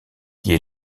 est